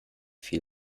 viel